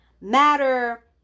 Matter